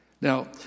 Now